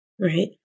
right